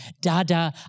Dada